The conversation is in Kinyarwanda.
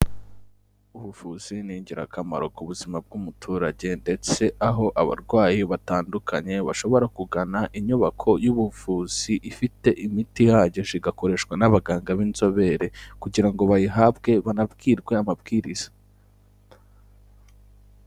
Ubuvuzi ni ingirakamaro ku buzima bw'umuturage ndetse aho abarwayi batandukanye bashobora kugana inyubako y'ubuvuzi ifite imiti ihagije igakoreshwa n'abaganga b'inzobere kugira ngo bayihabwe banabwirwe amabwiriza.